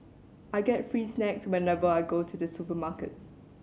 I get free snacks whenever I go to the supermarket